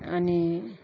अनि